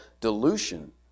dilution